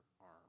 arm